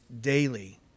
daily